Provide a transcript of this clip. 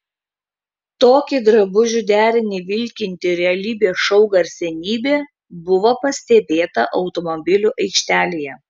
tokį drabužių derinį vilkinti realybės šou garsenybė buvo pastebėta automobilių aikštelėje